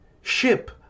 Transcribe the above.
ship